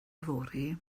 yfory